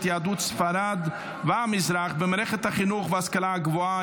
יהדות ספרד והמזרח במערכת החינוך וההשכלה הגבוהה,